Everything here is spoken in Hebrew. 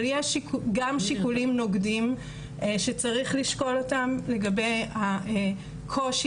אבל יש גם שיקולים נוגדים שצריך לשקול אותם לגבי הקושי